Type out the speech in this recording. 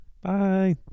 bye